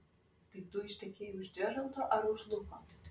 tai tu ištekėjai už džeraldo ar už luko